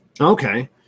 Okay